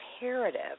imperative